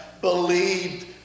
believed